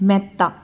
മെത്ത